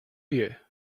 you